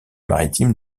maritime